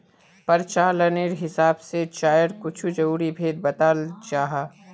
प्रचालानेर हिसाब से चायर कुछु ज़रूरी भेद बत्लाल जाहा